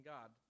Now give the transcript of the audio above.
God